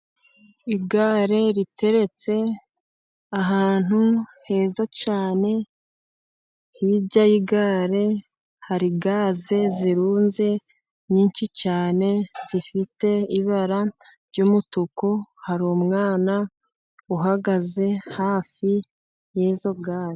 Igare riteretse ahantu heza cyane, hirya y'igare hari gaze, zirunze nyinshi cyane zifite ibara ry'umutuku hari umwana uhagaze hafi y'izo gaze.